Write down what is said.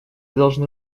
должны